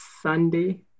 Sunday